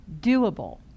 doable